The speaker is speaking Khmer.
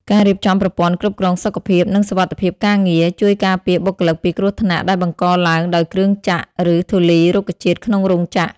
ការរៀបចំប្រព័ន្ធគ្រប់គ្រងសុខភាព និងសុវត្ថិភាពការងារ ជួយការពារបុគ្គលិកពីគ្រោះថ្នាក់ដែលបង្កឡើងដោយគ្រឿងចក្រ ឬធូលីរុក្ខជាតិក្នុងរោងចក្រ។